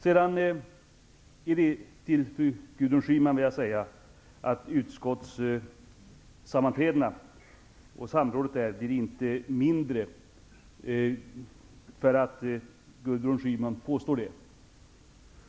Sedan vill jag säga till Gudrun Schyman att utskottssammanträdena och samrådet inte blir mindre därför att Gudrun Schyman påstår det.